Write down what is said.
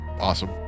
Awesome